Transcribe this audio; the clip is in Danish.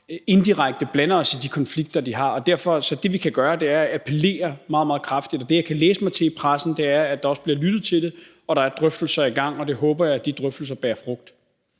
indirekte blande os i de konflikter, de har. Det, vi kan gøre, er derfor at appellere meget, meget kraftigt. Så ud fra det, jeg kan læse mig til i pressen, bliver der også lyttet til det, og der er drøftelser i gang. Jeg håber, at de drøftelser bærer frugt.